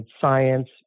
science